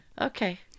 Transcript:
Okay